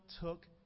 took